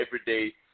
everyday